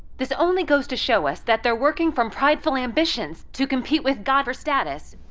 this only goes to show us that they're working from prideful ambitions to compete with god for status.